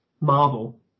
Marvel